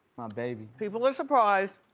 baby. people are surprised.